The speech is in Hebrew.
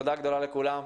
תודה גדולה לכולם,